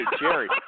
Jerry